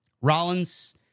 Rollins